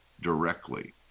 directly